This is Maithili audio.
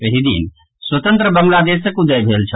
एहि दिन स्वतंत्र बांग्लादेशक उदय भेल छल